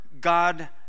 God